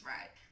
Right